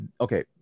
okay